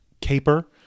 caper